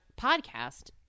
podcast